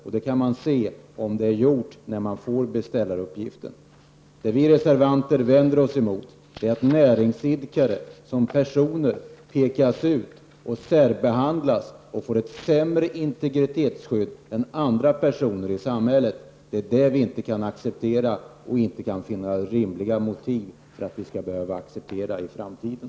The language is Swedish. Och om man får beställaruppgiften kan man se om detta är fallet. Vad vi reservanter vänder oss emot är att näringsidkare som personer pekas ut, särbehandlas och får ett sämre integritetsskydd än andra personer i samhället. Det är det som vi inte kan acceptera, och vi kan inte finna rimliga motiv för att vi skall behöva acceptera det i framtiden.